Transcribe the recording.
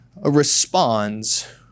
responds